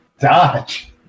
Dodge